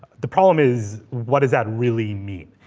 the problem is, what does that really mean?